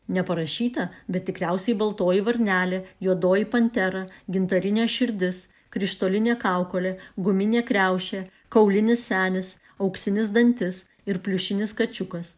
neparašyta bet tikriausiai baltoji varnelė juodoji pantera gintarinė širdis krištolinė kaukolė guminė kriaušė kaulinis senis auksinis dantis ir pliušinis kačiukas